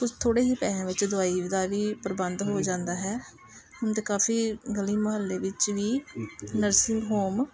ਉਹ ਥੋੜ੍ਹੇ ਜਿਹੇ ਪੈਸਿਆਂ ਵਿੱਚ ਦਵਾਈ ਦਾ ਵੀ ਪ੍ਰਬੰਧ ਹੋ ਜਾਂਦਾ ਹੈ ਹੁਣ ਤਾਂ ਕਾਫੀ ਗਲੀ ਮੁਹੱਲੇ ਵਿੱਚ ਵੀ ਨਰਸਿੰਗ ਹੋਮ